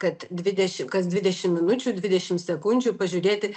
kad dvidešim kas dvidešim minučių dvidešim sekundžių pažiūrėti